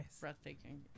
Breathtaking